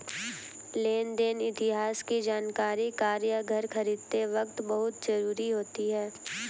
लेन देन इतिहास की जानकरी कार या घर खरीदते वक़्त बहुत जरुरी होती है